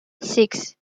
six